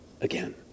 again